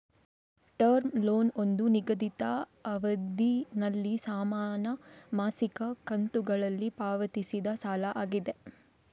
term loan ಒಂದು ನಿಗದಿತ ಅವಧಿನಲ್ಲಿ ಸಮಾನ ಮಾಸಿಕ ಕಂತುಗಳಲ್ಲಿ ಪಾವತಿಸಿದ ಸಾಲ ಆಗಿದೆ